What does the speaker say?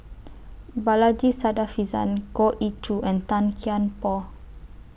Balaji Sadasivan Goh Ee Choo and Tan Kian Por